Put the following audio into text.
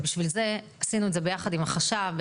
ולכן עשינו את זה יחד עם החשב,